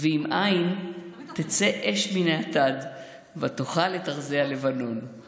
ואם אין, תצא אש מן האטד ותאכל את ארזי הלבנון".